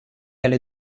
alle